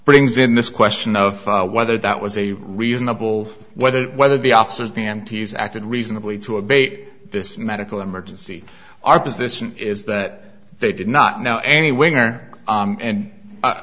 brings in this question of whether that was a reasonable whether whether the officers panties acted reasonably to abate this medical emergency our position is that they did not know any winger and